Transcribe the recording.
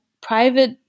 private